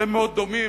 אתם מאוד דומים.